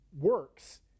works